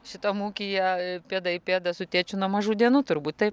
šitam ūkyje pėda į pėdą su tėčiu nuo mažų dienų turbūt taip